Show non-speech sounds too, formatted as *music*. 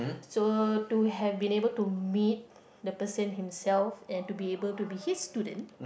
so to have been able to meet *breath* the person himself and to able to be his student